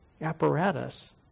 apparatus